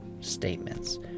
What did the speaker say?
statements